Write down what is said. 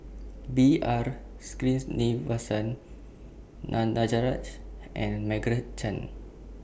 B R Sreenivasan Danaraj and Margaret Chan